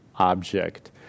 object